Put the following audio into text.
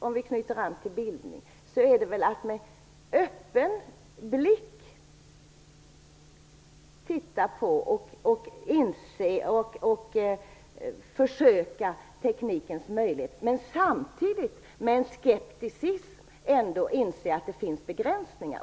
Om vi knyter an till bildning är det för mig att med öppen blick titta på, inse och försöka teknikens möjligheter och samtidigt med en skepticism inse att det finns begränsningar.